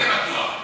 אל תהיה בטוח.